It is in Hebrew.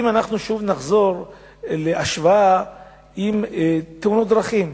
אם אנחנו נחזור להשוואה לתאונות דרכים,